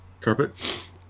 Carpet